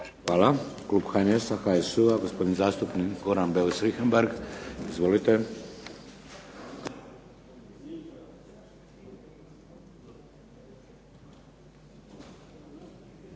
Hvala. Klub HNS HSU-a gospodin zastupnik Goran Beus Richembergh. Izvolite. **Beus